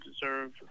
deserve